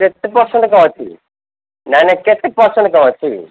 କେତେ ପରସେଣ୍ଟ୍ କ'ଣ ଅଛି ନାହିଁ ନାହିଁ କେତେ ପରସେଣ୍ଟ୍ କ'ଣ ଅଛି